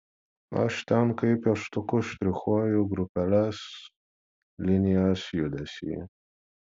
aš ten kaip pieštuku štrichuoju grupeles linijas judesį